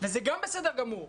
וזה גם בסדר גמור.